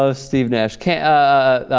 ah steve nash cad ah.